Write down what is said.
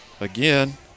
again